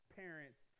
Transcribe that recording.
parents